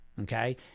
okay